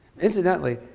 Incidentally